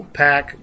pack